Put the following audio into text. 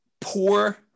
poor